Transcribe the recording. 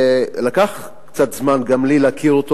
ולקח קצת זמן גם לי להכיר אותו,